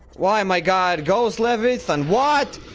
why my god ghost leviathan! what?